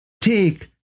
take